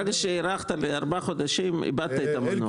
ברגע שהארכת בארבעה חודשים, איבדת את המנוף.